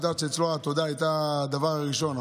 את יודעת שאצלו התודה הייתה הדבר הראשון,